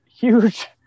huge